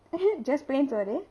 just plain soru